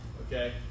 okay